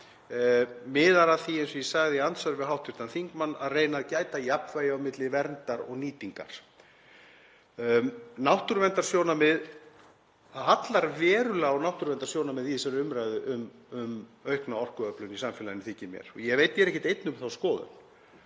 miðar að því, eins og ég sagði í andsvörum við hv. þingmann, að reyna að gæta að jafnvægi á milli verndar og nýtingar. Það hallar verulega á náttúruverndarsjónarmið í þessari umræðu um aukna orkuöflun í samfélaginu þykir mér og ég veit að ég er ekkert einn um þá skoðun.